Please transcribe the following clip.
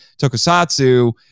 Tokusatsu